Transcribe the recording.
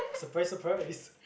surprise surprise